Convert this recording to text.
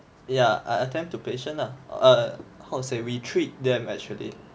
yeah I attend to patient ah err how to say we treat them actually